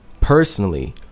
personally